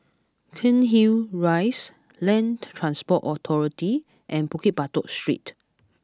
Cairnhill Rise Land Transport Authority and Bukit Batok Street